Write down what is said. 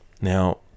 now